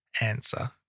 answer